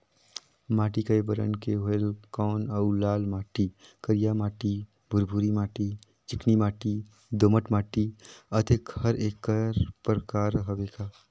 माटी कये बरन के होयल कौन अउ लाल माटी, करिया माटी, भुरभुरी माटी, चिकनी माटी, दोमट माटी, अतेक हर एकर प्रकार हवे का?